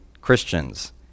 Christians